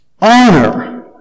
Honor